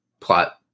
plot